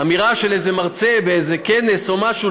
אמירה של איזה מרצה באיזה כנס או משהו,